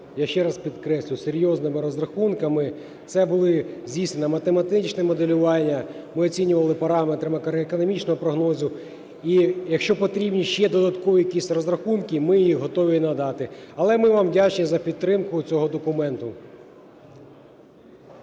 я ще раз підкреслюю, серйозними розрахунками. Це було здійснено математичне моделювання, ми оцінювали параметри макроекономічного прогнозу. І якщо потрібні ще додаткові якісь розрахунки, ми їх готові надати. Але ми вам вдячні за підтримку цього документа.